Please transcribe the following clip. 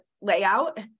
layout